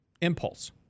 impulse